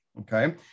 okay